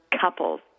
couples